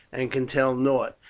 and can tell nought,